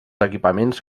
equipaments